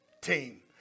Team